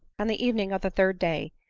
on the evening of the third day,